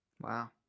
Wow